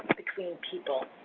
between people.